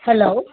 hello